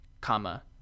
comma